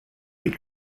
its